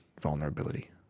vulnerability